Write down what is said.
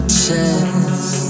chest